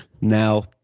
Now